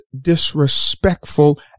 disrespectful